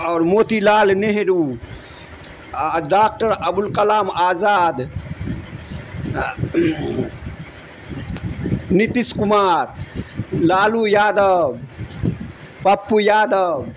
اور Motilal Nehru doctor Abul Kalam Azad Nitish Kumar Lalu Yadav Pappu Yadav